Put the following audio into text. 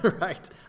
right